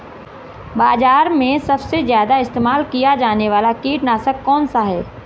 बाज़ार में सबसे ज़्यादा इस्तेमाल किया जाने वाला कीटनाशक कौनसा है?